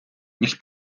ніж